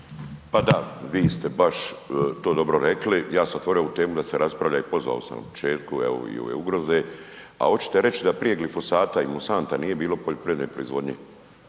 Pa da vi ste baš to dobro rekli, ja sam otvorio ovu temu da se raspravlja i pozvao sam na početku evo i ove ugroze, a očete reći da prije glifosata i Monsanta nije poljoprivredne proizvodnje,